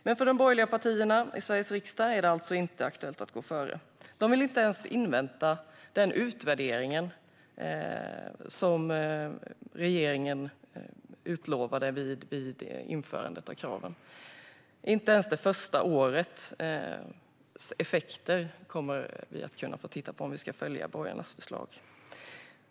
Men för de borgerliga partierna i Sveriges riksdag är det alltså inte aktuellt att gå före. De vill inte ens invänta den utvärdering som regeringen utlovade vid införandet av kraven. Inte ens det första årets effekter kommer vi att kunna få titta på om vi ska följa borgarnas förslag.